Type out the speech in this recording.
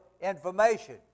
information